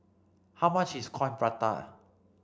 how much is Coin Prata